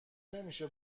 نمیشه